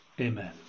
Amen